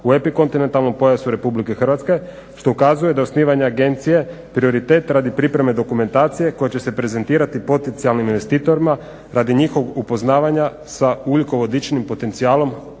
u epikontinentalnom pojasu Republike Hrvatske što ukazuje da je osnivanje agencije prioritet radi pripreme dokumentacije koja će se prezentirati potencijalnim investitorima radi njihovog upoznavanja sa ugljikovodičnim potencijalom određenih